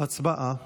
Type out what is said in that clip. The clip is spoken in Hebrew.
הצבעה.